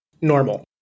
normal